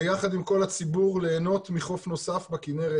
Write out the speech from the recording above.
ביחד עם כל הציבור ליהנות מחוף נוסף בכנרת.